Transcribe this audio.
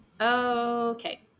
okay